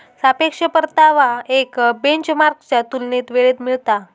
सापेक्ष परतावा एक बेंचमार्कच्या तुलनेत वेळेत मिळता